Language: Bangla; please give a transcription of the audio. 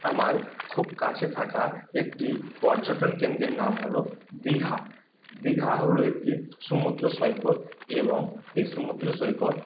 আমার খুব কাছে থাকা একটি পর্যটন কেন্দ্রের নাম হল দিঘা দিঘা হল একটি সমুদ্র সৈকত এবং এই সমুদ্র সৈকত